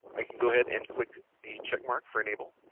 i can go ahead and click the checkmarks for enable